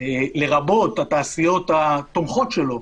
לרבות התעשיות התומכות שלו,